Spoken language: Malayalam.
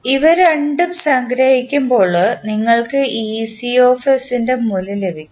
ഇവ രണ്ടും സംഗ്രഹിക്കുമ്പോൾ നിങ്ങൾക്ക് മൂല്യം ലഭിക്കും